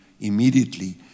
immediately